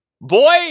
Boy